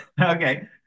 Okay